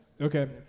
Okay